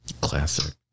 classic